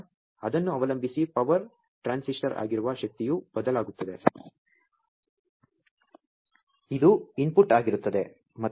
ಆದ್ದರಿಂದ ಅದನ್ನು ಅವಲಂಬಿಸಿ ಪವರ್ ಟ್ರಾನ್ಸಿಸ್ಟರ್ ಆಗಿರುವ ಶಕ್ತಿಯು ಬದಲಾಗುತ್ತದೆ ಅದು ಇನ್ಪುಟ್ ಆಗಿರುತ್ತದೆ